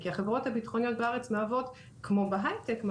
כי כמו בהייטק,